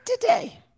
today